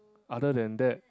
other than that